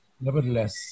Nevertheless